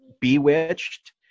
Bewitched